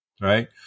Right